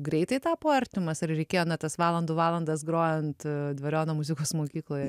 greitai tapo artimas ar reikėjo na tas valandų valandas grojant dvariono muzikos mokykloje